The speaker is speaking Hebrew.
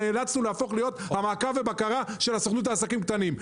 נאלצנו להפוך להיות המעקב והבקרה של הסוכנות לעסקים קטנים.